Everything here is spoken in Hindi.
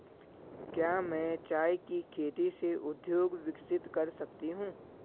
क्या मैं चाय की खेती से उद्योग विकसित कर सकती हूं?